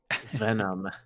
Venom